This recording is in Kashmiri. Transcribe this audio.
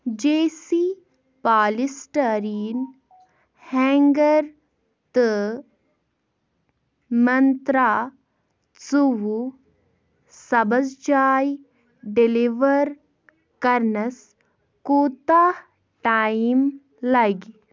جے سی پالِسٹَریٖن ہٮ۪نٛگَر تہٕ مَنترٛا ژُووُہ سَبٕز چاے ڈِلِوَر کَرنَس کوٗتاہ ٹایم لَگہِ